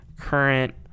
current